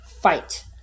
fight